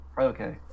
Okay